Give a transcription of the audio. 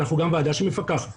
ואנחנו גם ועדה שמפקחת.